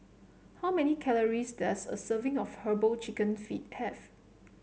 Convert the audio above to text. how many calories does a serving of herbal chicken feet have